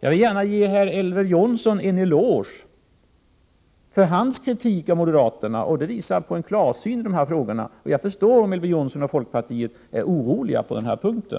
Jag vill gärna ge herr Elver Jonsson en eloge för hans kritik av moderaterna — den visar på en klarsyn i de här frågorna. Jag förstår om Elver Jonsson och folkpartisterna i övrigt är oroliga på denna punkt.